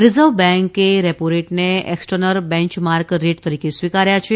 reserve બેન્કે રેપોરેટને external benchmark rate તરીકે સ્વીકાર્યા છે